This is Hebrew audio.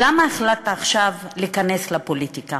למה החלטת עכשיו להיכנס לפוליטיקה?